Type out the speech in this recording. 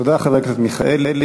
תודה לחבר הכנסת מיכאלי.